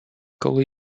коли